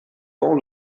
ans